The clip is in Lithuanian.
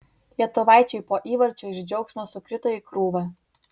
lietuvaičiai po įvarčio iš džiaugsmo sukrito į krūvą